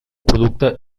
producte